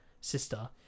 sister